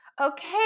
okay